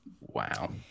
Wow